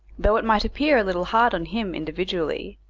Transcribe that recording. though it might appear a little hard on him individually,